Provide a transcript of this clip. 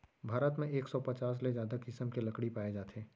भारत म एक सौ पचास ले जादा किसम के लकड़ी पाए जाथे